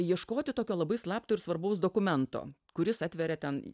ieškoti tokio labai slapto ir svarbaus dokumento kuris atveria ten